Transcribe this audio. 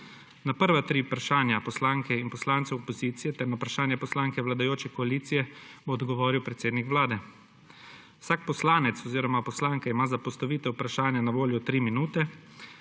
Na prva tri vprašanja poslanke in poslancev opozicije ter na vprašanje poslanke vladajoče koalicije bo odgovoril predsednik Vlade. Vsak poslanec oziroma poslanka ima za postavitev vprašanja na voljo tri minute,